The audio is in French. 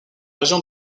région